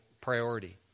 priority